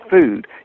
food